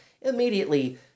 immediately